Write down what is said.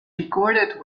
recorded